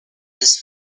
this